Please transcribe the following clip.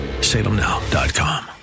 salemnow.com